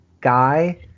guy